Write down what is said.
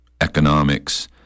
economics